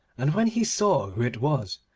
and when he saw who it was,